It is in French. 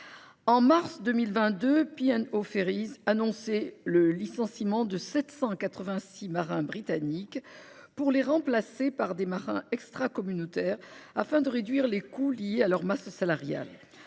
En mars 2022, P&O Ferries annonçait licencier 786 marins britanniques pour les remplacer par des marins extracommunautaires afin de réduire les coûts liés à leur masse salariale.